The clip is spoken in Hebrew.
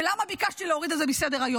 ולמה ביקשתי להוריד את זה מסדר-היום?